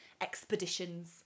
expeditions